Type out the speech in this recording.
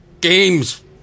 Games